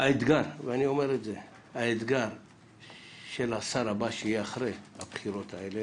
האתגר של השר הבא שיהיה אחרי הבחירות האלה,